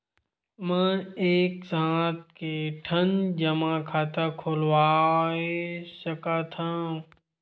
मैं एक साथ के ठन जमा खाता खुलवाय सकथव?